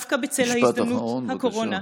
משפט אחרון, בבקשה.